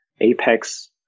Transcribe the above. Apex